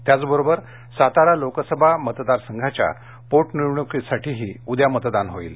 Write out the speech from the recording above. त्याचबरोबर सातारा लोकसभा मतदारसंघाच्या पोट निवडणुकीसाठीही उद्या मतदान होईल